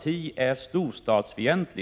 område.